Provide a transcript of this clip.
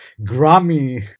Grammy